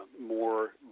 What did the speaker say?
more